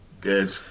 good